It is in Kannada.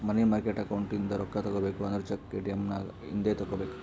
ಮನಿ ಮಾರ್ಕೆಟ್ ಅಕೌಂಟ್ ಇಂದ ರೊಕ್ಕಾ ತಗೋಬೇಕು ಅಂದುರ್ ಚೆಕ್, ಎ.ಟಿ.ಎಮ್ ನಾಗ್ ಇಂದೆ ತೆಕ್ಕೋಬೇಕ್